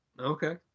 Okay